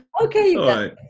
Okay